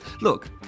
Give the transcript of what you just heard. Look